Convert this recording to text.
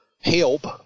help